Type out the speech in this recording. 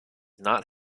not